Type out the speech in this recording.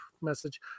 message